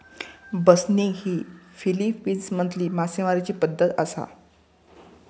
बसनिग ही फिलीपिन्समधली मासेमारीची पारंपारिक पद्धत आसा